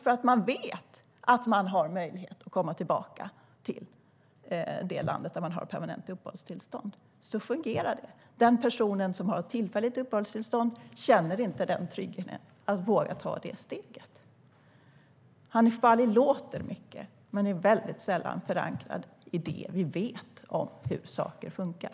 De vet nämligen att de har möjlighet att komma tillbaka till det land där de har permanent uppehållstillstånd. Så fungerar det. Den person som har ett tillfälligt uppehållstillstånd känner inte tryggheten att våga ta det steget. Hanif Bali låter mycket men är väldigt sällan förankrad i det vi vet om hur saker funkar.